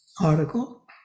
article